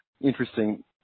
interesting